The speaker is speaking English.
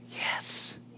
Yes